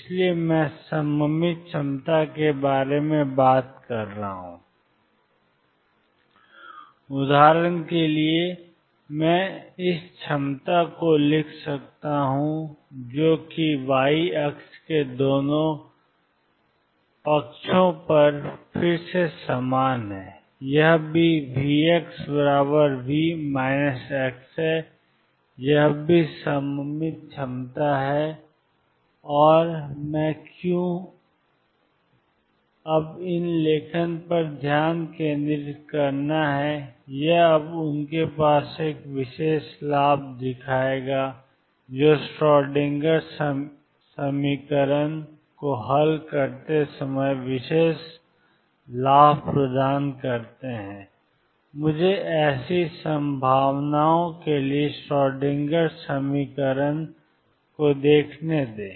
इसलिए मैं सममित क्षमता के बारे में बात कर रहा हूं उदाहरण के लिए मैं इस क्षमता को लिख सकता हूं जो कि y अक्ष के दो पक्षों पर फिर से समान है यह भी VxV है यह भी सममित क्षमता है और मैं क्यों हूं अब इन लेखन पर ध्यान केंद्रित करना यह है कि उनके पास एक विशेष लाभ है जो श्रोडिंगर समीकरण को हल करते समय विशेष लाभ प्रदान करते हैं मुझे ऐसी संभावनाओं के लिए श्रोडिंगर समीकरण को देखने दें